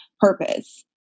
purpose